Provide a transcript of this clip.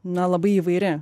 na labai įvairi